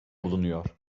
bulunuyor